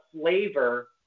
flavor